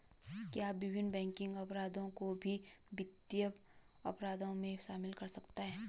क्या विभिन्न बैंकिंग अपराधों को भी वित्तीय अपराधों में शामिल कर सकते हैं?